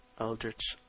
Eldritch